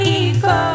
ego